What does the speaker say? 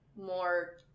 more